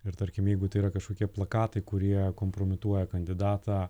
ir tarkim jeigu tai yra kažkokie plakatai kurie kompromituoja kandidatą